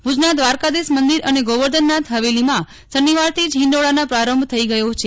ભુજ ના દ્વારકાષિશ મંદિર અને ગોવર્ધનનાથ હવેલી માં શનિવારથી જ હિડોળના પ્રારંભ થઇ ગયો છે